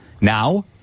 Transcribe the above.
Now